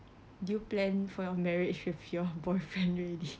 do you plan for your marriage with your boyfriend already